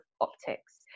optics